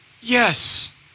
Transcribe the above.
Yes